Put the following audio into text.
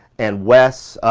and wes,